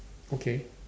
okay